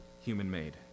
human-made